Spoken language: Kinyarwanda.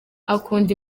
akunda